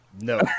No